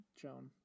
Joan